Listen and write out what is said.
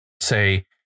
say